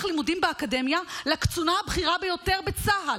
לימודים באקדמיה לקצונה הבכירה ביותר בצה"ל.